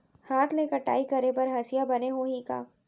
हाथ ले कटाई करे बर हसिया बने होही का?